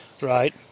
Right